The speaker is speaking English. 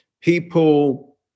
People